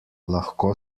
lahko